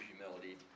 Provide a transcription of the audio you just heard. humility